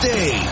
Day